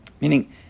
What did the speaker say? Meaning